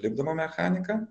lipdoma mechanika